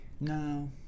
No